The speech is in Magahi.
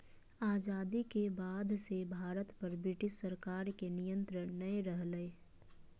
आजादी के बाद से भारत पर ब्रिटिश सरकार के नियत्रंण नय रहलय